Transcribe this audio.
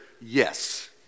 yes